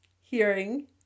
hearing